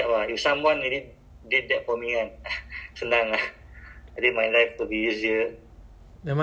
or or hire a wife ah hire a wife to be your to be also a part time maid ah